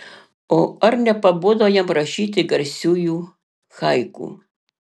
o ar nepabodo jam rašyti garsiųjų haiku